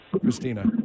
Christina